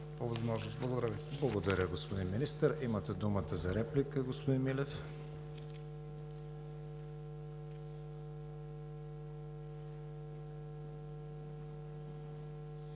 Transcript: Благодаря Ви, господин Министър. Имате думата за реплика, господин Милев.